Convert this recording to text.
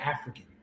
african